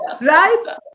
Right